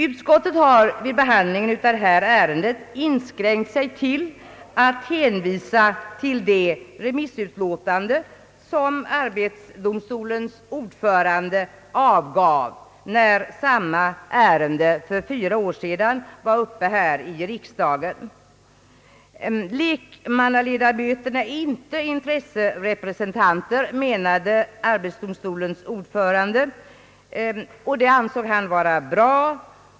Utskottet har vid behandlingen av detta ärende inskränkt sig till att hänvisa till det remissutlåtande som arbetsdomstolens ordförande avgav när samma ärende för fyra år sedan var uppe i riksdagen. Lekmannaledamöterna är inte intresserepresentanter, menade han, vilket han ansåg vara bra.